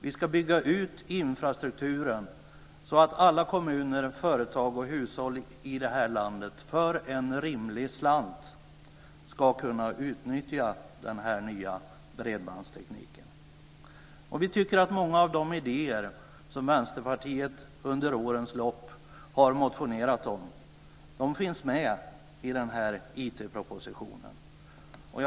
Vi ska bygga ut infrastrukturen, så att alla kommuner, företag och hushåll i landet för en rimlig slant ska kunna utnyttja den nya bredbandstekniken. Många av de idéer som Vänsterpartiet under årens lopp har motionerat om finns med i den här IT propositionen.